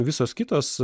visos kitos